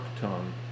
tongue